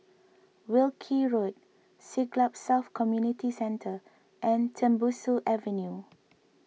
Wilkie Road Siglap South Community Centre and Tembusu Avenue